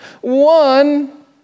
One